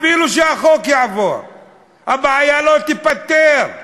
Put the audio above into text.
אפילו יעבור החוק הבעיה לא תיפתר.